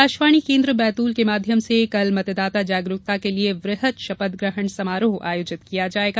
आकाशवाणी केन्द्र बैतूल के माध्यम से कल मतदाता जागरूकता के लिए वृहद शपथग्रहण समारोह आयोजित किया जाएगा